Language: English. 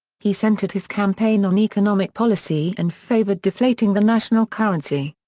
he centered his campaign on economic policy and favored deflating the national currency.